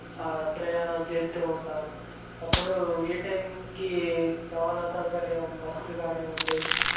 ప్రయాణం చేస్తు ఉంటాం అప్పుడు ఏ టైమింగ్కి రవాణా సౌకర్యం బస్సులు కానివ్వండి